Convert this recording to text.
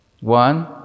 One